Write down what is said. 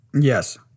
Yes